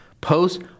Post